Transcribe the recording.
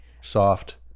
soft